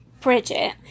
Bridget